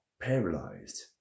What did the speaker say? paralyzed